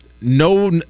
no